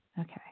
Okay